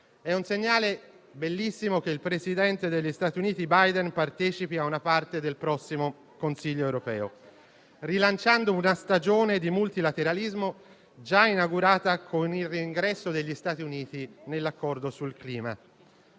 È un segnale bellissimo che il presidente degli Stati Uniti Biden partecipi a una parte del prossimo Consiglio europeo, rilanciando una stagione di multilateralismo già inaugurata con il reingresso degli Stati Uniti nell'accordo sul clima.